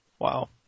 wow